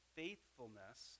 faithfulness